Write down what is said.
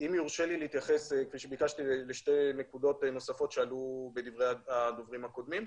אם יורשה לי להתייחס לשתי נקודות נוספות שעלו בדברי הדוברים הקודמים,